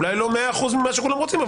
אולי לא 100% ממה שכולם רוצים,